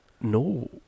no